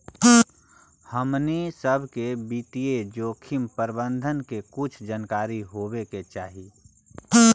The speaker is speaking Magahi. हमनी सब के वित्तीय जोखिम प्रबंधन के कुछ जानकारी होवे के चाहि